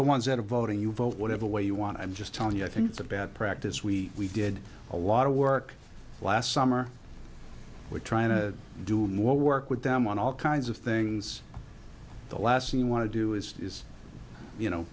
the ones that are voting you vote whatever way you want i'm just telling you i think it's a bad practice we did a lot of work last summer we're trying to do more work with them on all kinds of things the last thing you want to do is you know